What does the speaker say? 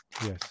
yes